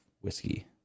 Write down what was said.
whiskey